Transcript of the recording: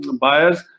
buyers